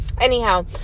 Anyhow